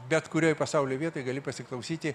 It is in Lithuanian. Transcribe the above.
bet kurioj pasaulio vietoj gali pasiklausyti